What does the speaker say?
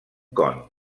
con